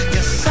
Yes